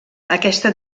aquesta